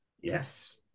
yes